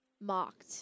mocked